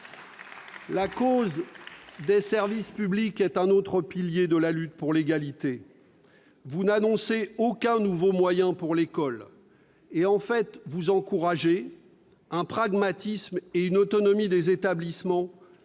La cause des services publics est un autre pilier de la lutte pour l'égalité. Vous n'annoncez aucun nouveau moyen pour l'école. En fait, vous encouragez un pragmatisme et une autonomie des établissements